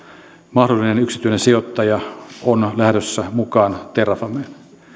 mahdollinen yksityinen sijoittaja on lähdössä mukaan terrafameen